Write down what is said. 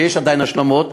כי יש עדיין השלמות.